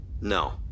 No